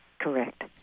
Correct